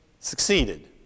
Succeeded